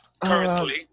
currently